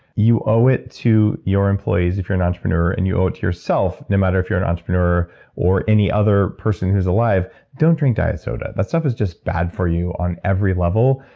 you owe it to your employees, if you're an entrepreneur. and you owe it to yourself, no matter if you're an entrepreneur or any other person who's alive. don't drink diet soda. that stuff is just bad for you on every level.